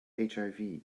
hiv